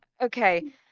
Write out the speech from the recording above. okay